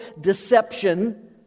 deception